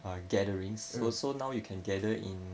hmm